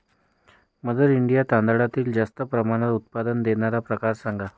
mother India तांदळातील जास्त प्रमाणात उत्पादन देणारे प्रकार सांगा